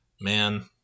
Man